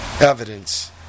evidence